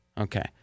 Okay